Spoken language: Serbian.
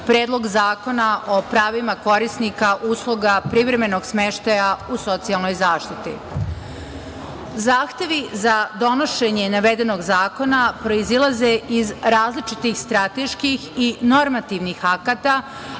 Predlog zakona o pravima korisnika usluga privremenog smeštaja u socijalnoj zaštiti. Zahtevi za donošenje navedenog zakona proizilaze iz različitih strateških i normativnih akata,